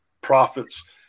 prophets